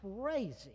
crazy